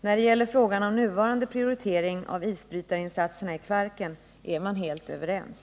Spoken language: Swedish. När det gäller frågan om nuvarande prioritering av isbrytarinsatserna i Kvarken är man helt överens.